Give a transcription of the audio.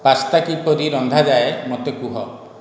pasta କିପରି ରନ୍ଧାଯାଏ ମୋତେ କୁହ